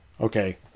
okay